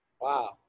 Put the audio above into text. Wow